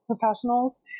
professionals